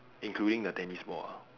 including the tennis ball ah